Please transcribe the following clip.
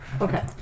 Okay